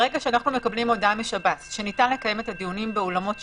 ברגע שאנחנו מקבלים הודעה משב"ס שניתן לקיים את הדיונים באולמות שב"ס,